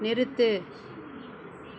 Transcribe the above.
நிறுத்து